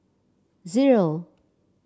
zero